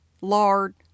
lard